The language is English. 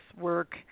work